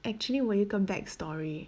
actually 我有一个 back story